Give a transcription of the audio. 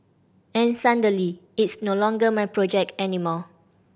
and suddenly it's no longer my project anymore